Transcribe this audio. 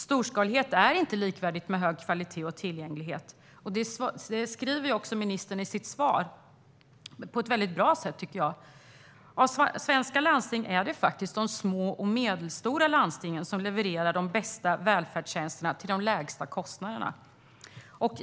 Storskalighet är inte likvärdigt med hög kvalitet och tillgänglighet. Det skriver ministern också i sitt svar på ett mycket bra sätt. Av svenska landsting är det faktiskt de små och medelstora landstingen som levererar de bästa välfärdstjänsterna till de lägsta kostnaderna.